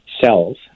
cells